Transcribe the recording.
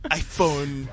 iPhone